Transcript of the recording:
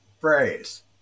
phrase